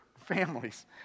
families